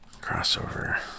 crossover